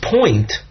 point